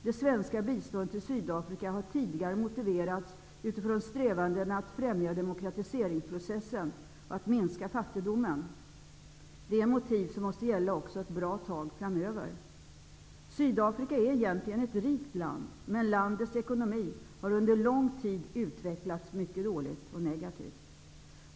Det svenska biståndet till Sydafrika har tidigare motiverats utifrån strävandena att främja demokratiseringsprocessen och att minska fattigdomen. Det är motiv som måste gälla också ett bra tag framöver. Sydafrika är egentligen ett rikt land. Men landets ekonomi har under lång tid utvecklats mycket dåligt.